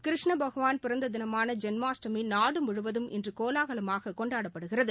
கிருஷ்ண பகவான் பிறந்த தினமான ஜன்மாஸ்டமி நாடு முழுவதும் இன்று கோலாகலமாக கொண்டாடப்படுகிறது